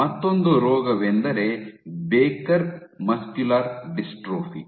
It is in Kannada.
ಮತ್ತೊಂದು ರೋಗವೆಂದರೆ ಬೆಕರ್ ಮಸ್ಕ್ಯುಲರ್ ಡಿಸ್ಟ್ರೋಫಿ